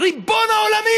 ריבון העולמים,